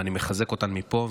ואני מחזק אותן מפה,